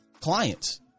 clients